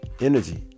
energy